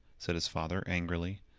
said his father, angrily.